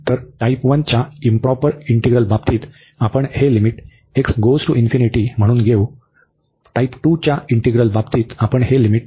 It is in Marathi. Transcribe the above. तर टाइप 1 च्या इंप्रॉपर इंटीग्रल बाबतीत आपण हे लिमिट म्हणून घेऊ प्रकार 2 च्या इंटीग्रल बाबतीत आपण हे लिमिट